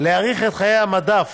להאריך את חיי המדף